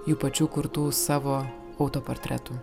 jų pačių kurtų savo autoportretų